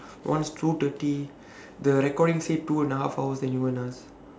one is two thirty the recording say two and a half hours then you go and ask